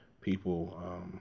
people